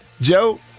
Joe